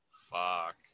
Fuck